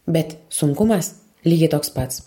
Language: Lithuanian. bet sunkumas lygiai toks pats